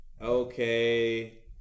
okay